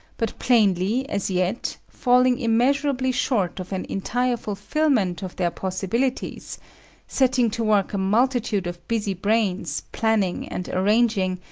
but plainly, as yet, falling immeasurably short of an entire fulfilment of their possibilities setting to work a multitude of busy brains, planning and arranging,